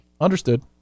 Understood